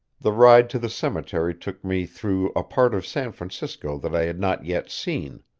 the ride to the cemetery took me through a part of san francisco that i had not yet seen.